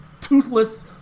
toothless